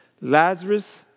Lazarus